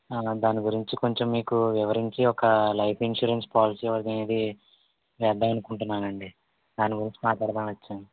దాని గురించి కొంచెం మీకు వివరించి ఒక లైఫ్ ఇన్సూరెన్స్ పాలసీ అనేది చేద్దామని అనుకుంటున్నానండీ దాని గురించి మాట్లాడదామని వచ్చాను